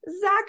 Zach